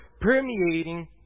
permeating